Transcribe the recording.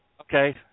Okay